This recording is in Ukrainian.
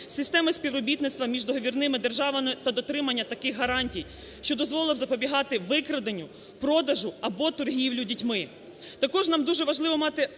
системи співробітництва між договірними державами та дотримання таких гарантій, що дозволить запобігати викраденню, продажу або торгівлі дітьми.